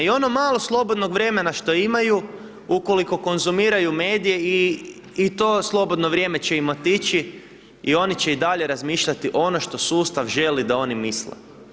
I ono malo slobodnog vremena što imaju, ukoliko konzumiraju medije i to slobodno vrijeme će im otići i oni će i dalje razmišljati ono što sustav želi da oni misle.